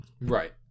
Right